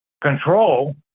control